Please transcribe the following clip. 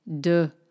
de